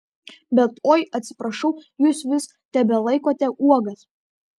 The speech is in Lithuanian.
bet oi atsiprašau jūs vis tebelaikote uogas